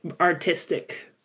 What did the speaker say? artistic